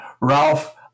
Ralph